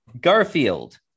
Garfield